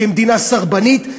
כמדינה סרבנית,